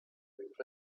pride